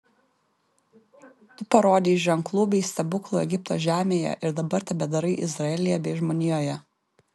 tu parodei ženklų bei stebuklų egipto žemėje ir dabar tebedarai izraelyje bei žmonijoje